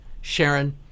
Sharon